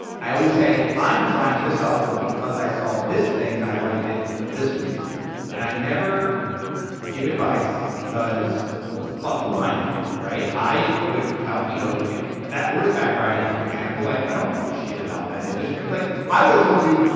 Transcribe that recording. i always say, i'm trying this software because i saw this thing and i liked it for this reason yeah and i never give advice because what the fuck do i know, right? i could tell, you know, that horseback riding example, like i don't know shit about that industry. like i would've told you,